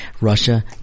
Russia